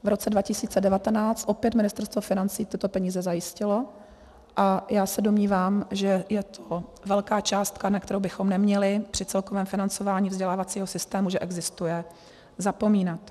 V roce 2019 opět Ministerstvo financí tyto peníze zajistilo a já se domnívám, že je to velká částka, na kterou bychom neměli při celkovém financování vzdělávacího systému, že existuje, zapomínat.